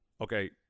Okay